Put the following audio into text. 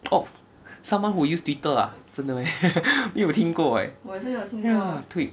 oh someone who use twitter ah 真的 meh 没有听过 leh ya tweet